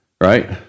Right